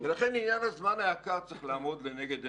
לכן עניין המן היקר צריך לעמוד לנגד עינינו.